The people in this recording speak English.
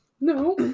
No